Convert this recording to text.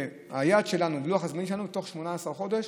היעד ולוח הזמנים שלנו: תוך 18 חודש